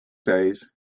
days